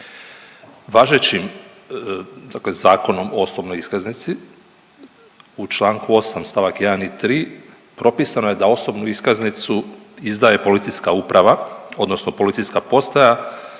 Važećim Zakonom o osobnoj iskaznici u čl. 8. st. 1. i 3., propisano je da osobnu iskaznicu izdaje policijska uprava odnosno policijska postaja